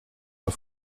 pas